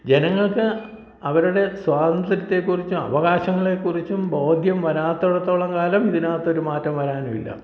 ജനങ്ങൾക്ക് അവരുടെ സ്വാതന്ത്ര്യത്തെക്കുറിച്ചും അവകാശങ്ങളെ കുറിച്ചും ബോധ്യം വരാത്തിടത്തോളം കാലം ഇതിനകത്തൊരു മാറ്റം വരാനുമില്ല